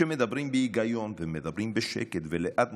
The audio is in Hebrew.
שמדברים בהיגיון ומדברים בשקט ומדברים לאט,